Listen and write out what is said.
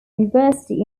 university